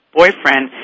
boyfriend